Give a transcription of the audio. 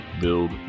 build